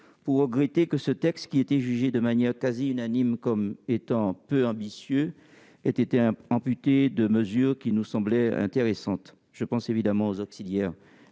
pour déplorer que ce texte, qui était jugé, de manière quasi unanime, peu ambitieux, ait été amputé de mesures qui nous semblaient intéressantes. Je pense évidemment aux auxiliaires